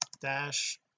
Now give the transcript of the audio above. dash